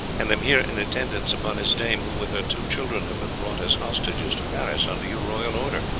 and am here in attendance upon his dame, who, with her two children, have been brought as hostages to paris under your royal order.